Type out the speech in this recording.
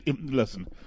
Listen